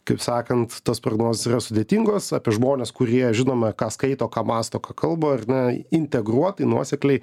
kaip sakant tos prognozės yra sudėtingos apie žmones kurie žinome ką skaito ką mąsto ką kalba ar ne integruotai nuosekliai